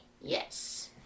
Yes